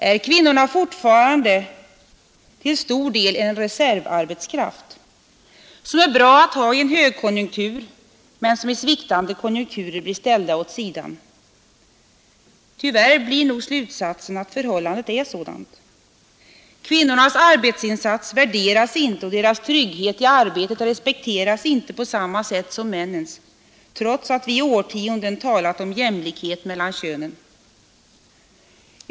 Är kvinnorna fortfarande till stor del en reservarbetskraft, som är bra att ha i högkonjunktur, men som i sviktande konjunkturer blir ställd åt sidan? Tyvärr blir nog slutsatsen att förhållandet är sådant. Kvinnornas arbetsinsats värderas inte, och deras trygghet i arbetet respekteras inte på samma sätt som männens, trots att vi i årtionden har talat om jämlikhet mellan könen.